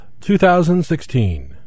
2016